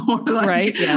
right